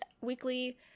weekly